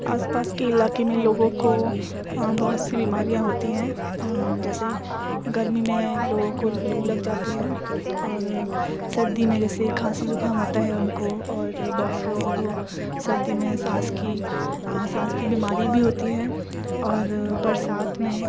آس پاس کے علاقے میں لوگوں کو بہت سی بیماریاں ہوتی ہیں جیسے گرمی میں لوگوں کو لو لگ جاتی ہے اور سردی میں جیسے کھانسی زکام ہوتا ہے ان کو اور بہت سے لوگوں کو سردی میں سانس کی سانس کی بیماری بھی ہوتی ہے اور برسات میں